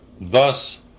Thus